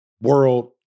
world